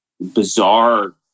bizarre